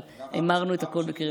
אבל המרנו את הכול,